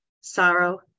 sorrow